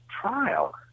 trial